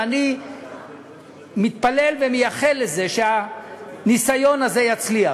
ואני מתפלל ומייחל לזה שהניסיון הזה יצליח,